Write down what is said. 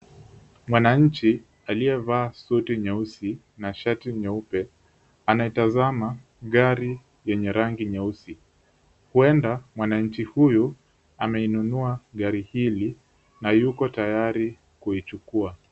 Mwananchi aliyevaa suti nyeusi na shati nyeupe anaitazama gari yenye rangi nyeusi. Huenda mwananchi huyu ameinunua gari hili na yuko tayari kuichukua.